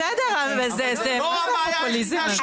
בסדר, מה זה הפופוליזם הזה?